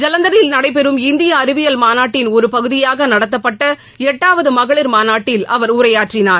ஜலந்தரில் நடைபெறும் இந்தியா அறிவியல் மாநாட்டின் ஒரு பகுதியாக நடத்தப்பட்ட எட்டாவது மகளிர் மாநாட்டில் அவர் உரையாற்றினார்